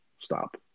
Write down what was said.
Stop